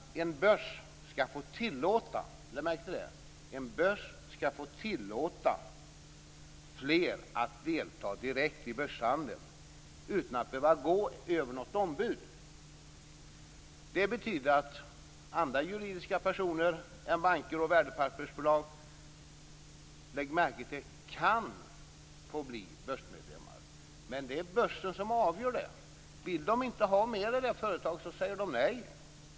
En börs skall få tillåta fler att delta direkt i börshandeln utan att behöva gå via ett ombud. Det betyder att andra juridiska personer än banker och värdepappersbolag kan få bli börsmedlemmar. Det är börserna som avgör det. Vill de inte ha med företaget säger de nej.